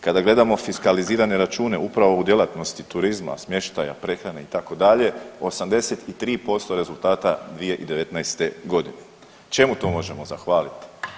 Kada gledamo fiskalizirane račune upravo u djelatnosti turizma, smještaja, prehrane itd. 83% rezultata 2019.g. Čemu to možemo zahvaliti?